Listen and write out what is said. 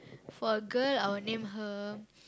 for girl I will name her